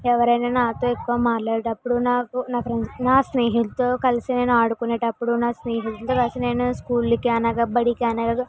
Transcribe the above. ఎవరైన నాతో ఎక్కువ మాట్లాడేటప్పుడు నాకు నా ఫ్రెండ్స్ నా స్నేహితులతో కలిసి నేను ఆడుకునేటప్పుడు నా స్నేహితులతో నేను స్కూల్కి అనగా బడికి అనగా